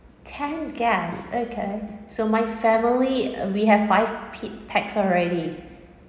ten guests okay so my family uh we have five pit~ packs already